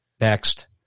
next